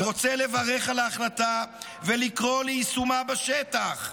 אני רוצה לברך על ההחלטה ולקרוא ליישומה בשטח.